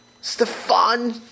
Stefan